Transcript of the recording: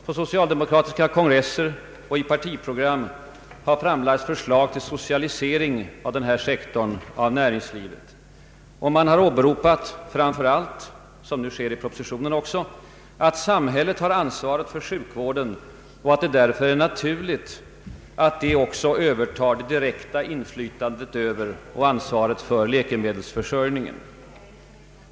På socialdemokratiska kongresser och i partiprogram har framlagts förslag till socialisering av denna sektor av näringslivet. Man har åberopat framför allt — såsom nu också sker i propositionen — att samhället har ansvaret för sjukvården och att det därför är naturligt att det också övertar det direkta inflytandet över och ansvaret för läkemedelsförsörjningen.